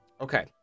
Okay